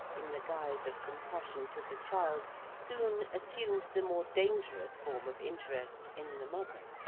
in the guise of compassion to the child, soon assumed the more dangerous form of interest in the mother.